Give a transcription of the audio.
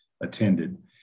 attended